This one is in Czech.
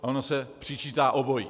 Ono se přičítá obojí.